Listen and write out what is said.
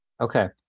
Okay